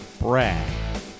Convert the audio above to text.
Brad